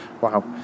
wow